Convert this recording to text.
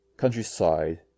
countryside